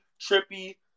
Trippy